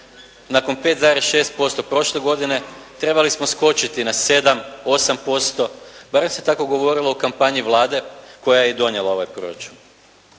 nakon 5,6% prošle godine trebali smo skočiti na 7, 8%, barem se tako govorilo o kampanji Vlade koja je i donijela ovaj proračun.